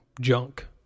junk